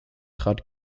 trat